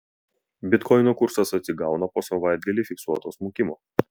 bitkoino kursas atsigauna po savaitgalį fiksuoto smukimo